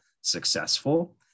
successful